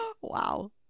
Wow